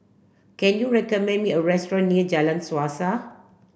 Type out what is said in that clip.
can you recommend me a restaurant near Jalan Suasa